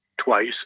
twice